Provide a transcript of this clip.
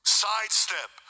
sidestep